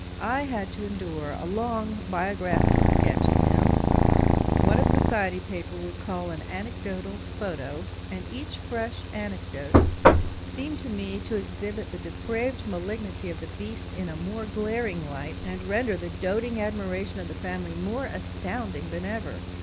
i had to endure a long biographical sketch of him what a society paper would call an anecdotal photo' and each fresh anecdote seemed to me to exhibit the depraved malignity of the beast in a more glaring light, and render the doting admiration of the family more astounding than ever.